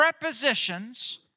prepositions